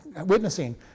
witnessing